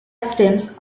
stems